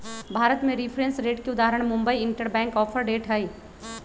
भारत में reference rate के उदाहरण मुंबई इंटरबैंक ऑफर रेट हइ